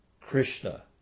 Krishna